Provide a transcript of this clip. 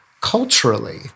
culturally